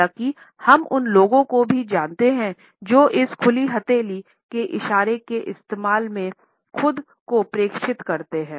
हालाँकि हम उन लोगों को भी जानते हैं जो इस खुली हथेली के इशारों के इस्तेमाल में खुद को प्रशिक्षित करते हैं